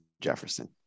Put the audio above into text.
Jefferson